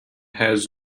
has